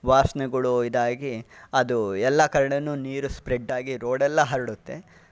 ವಾಸ್ನೆಗಳು ಇದಾಗಿ ಅದು ಎಲ್ಲ ಕಡೆನೂ ನೀರು ಸ್ಪ್ರೆಡ್ ಆಗಿ ರೋಡೆಲ್ಲ ಹರಡುತ್ತೆ